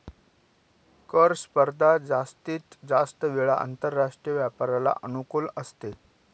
कर स्पर्धा जास्तीत जास्त वेळा आंतरराष्ट्रीय व्यापाराला अनुकूल असते